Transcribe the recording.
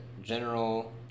general